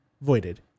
voided